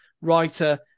writer